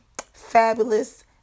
fabulous